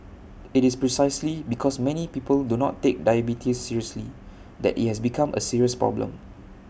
IT is precisely because many people do not take diabetes seriously that IT has become A serious problem